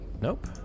Nope